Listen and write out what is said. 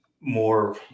more